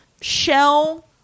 shell